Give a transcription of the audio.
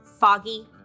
foggy